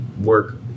work